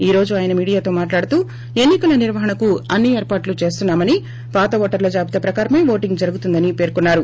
ఈ రోజు ఆయన మీడియాతో మాట్లాడుతూ ఎన్ని కల నిర్వహణకు అన్ని ఏర్పాట్లు చేస్తున్నా మని పాత ఓటర్ల జాబితా ప్రకారమే ఓటింగ్ జరుగుతుందని పెర్కున్నారు